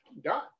done